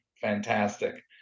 Fantastic